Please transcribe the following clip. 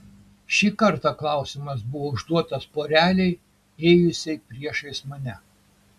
ši kartą klausimas buvo užduotas porelei ėjusiai priešais mane